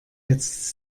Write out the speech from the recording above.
jetzt